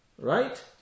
Right